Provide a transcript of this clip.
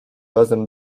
razem